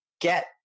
get